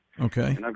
Okay